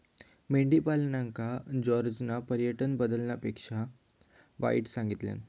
मेंढीपालनका जॉर्जना पर्यावरण बदलापेक्षा वाईट सांगितल्यान